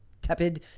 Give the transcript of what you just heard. tepid